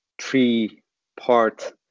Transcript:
three-part